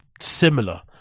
similar